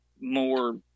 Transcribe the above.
more